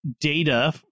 data